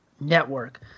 network